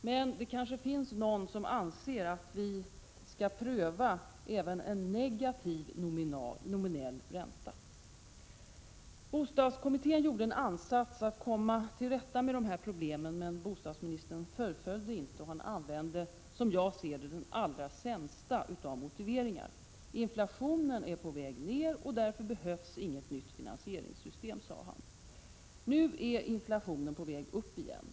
Men det kanske finns någon som anser att vi skall pröva även en negativ nominell ränta. Bostadskommittén gjorde en ansats att komma till rätta med problemen. Men bostadsministern fullföljde inte. Och han använde den som jag ser det allra sämsta av motiveringar. Inflationen är på väg ner och därför behövs inget nytt finansieringssystem, sade han. Nu är inflationen på väg upp igen.